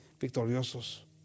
victoriosos